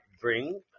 bring